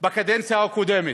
בקדנציה הקודמת,